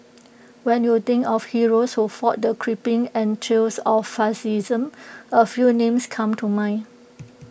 when you think of heroes who fought the creeping entrails of fascism A few names come to mind